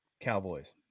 Cowboys